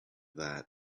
that